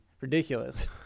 ridiculous